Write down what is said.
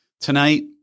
Tonight